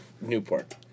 Newport